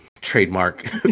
trademark